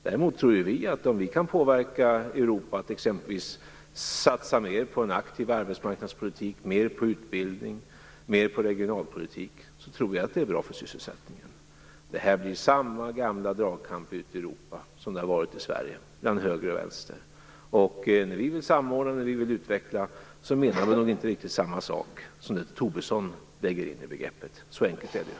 Om vi däremot kan påverka Europa att exempelvis satsa mer på en aktiv arbetsmarknadspolitik, utbildning och regionalpolitik tror jag att det är bra för sysselsättningen. Det blir samma gamla dragkamp ute i Europa som det har varit i Sverige mellan höger och vänster. När vi säger att vi vill samordna och utveckla menar vi nog inte riktigt samma sak som det Lars Tobisson lägger in i begreppet. Så enkelt är det.